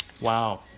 Wow